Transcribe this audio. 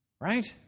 Right